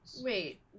Wait